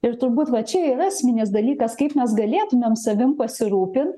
ir turbūt va čia yra esminis dalykas kaip mes galėtumėm savim pasirūpint